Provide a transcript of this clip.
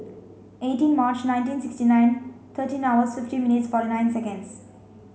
eighteen March nineteen sixty nine thirteen hours fifty minutes forty nine seconds